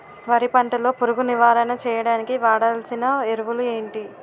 వరి పంట లో పురుగు నివారణ చేయడానికి వాడాల్సిన ఎరువులు ఏంటి?